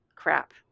crap